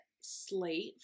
Slate